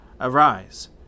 Arise